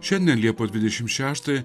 šiandien liepos dvidešim šeštąją